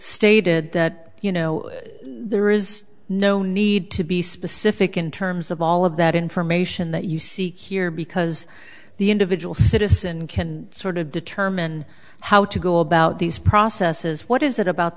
stated that you know there is no need to be specific in terms of all of that information that you see here because the individual citizen can sort of determine how to go about these processes what is it about